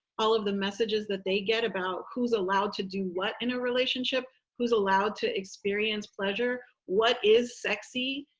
all of the messages that they get about who's allowed to do what in a relationship, who's allowed to experience pleasure, what is sexy,